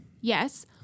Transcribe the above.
Yes